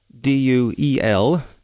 D-U-E-L